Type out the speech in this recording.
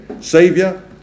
savior